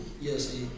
yes